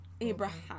Abraham